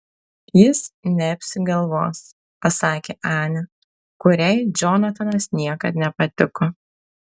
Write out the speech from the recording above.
jis neapsigalvos pasakė anė kuriai džonatanas niekad nepatiko